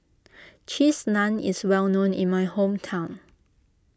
Cheese Naan is well known in my hometown